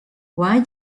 why